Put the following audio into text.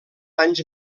anys